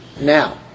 now